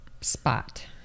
spot